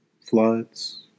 floods